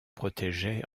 protégeait